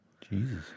Jesus